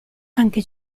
anche